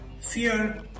fear